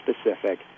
specific